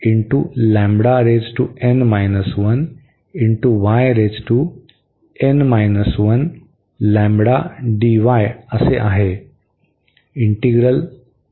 तर आपल्याकडे हे इंटीग्रल आहे